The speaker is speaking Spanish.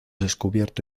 descubierto